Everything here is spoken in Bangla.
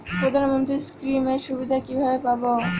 প্রধানমন্ত্রী স্কীম এর সুবিধা কিভাবে পাবো?